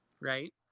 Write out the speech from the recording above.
right